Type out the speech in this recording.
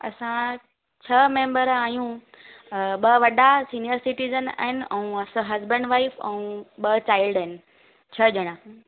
असां छह मेंबर आहियूं ॿ वॾा सिनियर सिटीजन आहिनि ऐं असां हसबंड वाईफ ॿ चाइल्ड आहिनि छह ॼणा